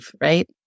right